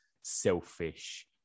selfish